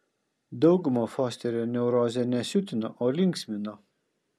daugumą fosterio neurozė ne siutino o linksmino